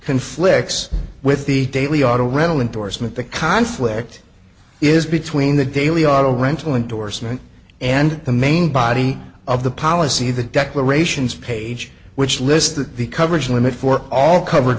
conflicts with the daily auto rental interest with the conflict is between the daily auto rental indorsement and the main body of the policy the declarations page which lists that the coverage limit for all covered